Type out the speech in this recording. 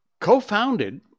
co-founded